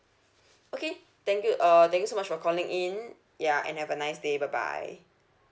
okay thank you uh thank you so much for calling in ya and have a nice day bye bye